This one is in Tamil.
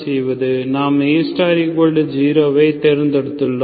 நாம் A0 ஐ தேர்ந்தெடுத்துள்ளோம்